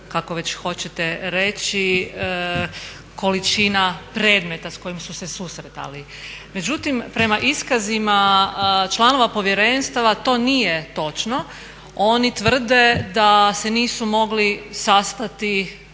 kako već hoćete reći količina predmeta sa kojom su se susretali. Međutim, prema iskazima članova povjerenstava to nije točno. Oni tvrde da se nisu mogli sastati